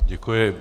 Děkuji.